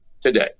today